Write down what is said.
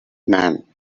man